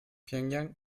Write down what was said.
pjöngjang